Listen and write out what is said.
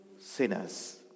sinners